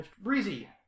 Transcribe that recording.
Breezy